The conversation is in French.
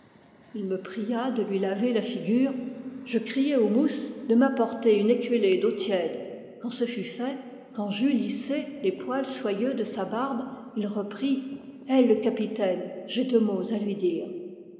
il me pria de lui laver la figure je criai au mousse de m'apporter une écuellée d'eau tiède quand ce fut fait quand j'eus lissé les poils soyeux de sa barbe il reprit hèle le capitaine j'ai deux mots à lui dire